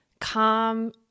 calm